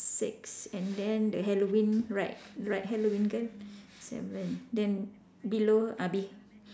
six and then the Halloween right right Halloween kan seven then below ah be~